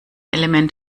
element